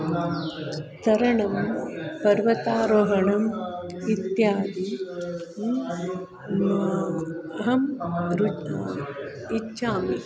तरणं पर्वतारोहणम् इत्यादि अहं रुच् इच्छामि